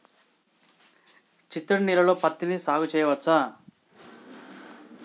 చిత్తడి నేలలో పత్తిని సాగు చేయచ్చా?